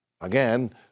again